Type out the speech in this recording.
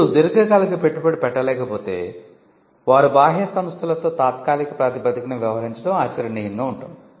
ఇప్పుడు దీర్ఘకాలిక పెట్టుబడి పెట్టలేకపోతే వారు బాహ్య సంస్థలతో తాత్కాలిక ప్రాతిపదికన వ్యవహరించడం ఆచరణీయంగా ఉంటుంది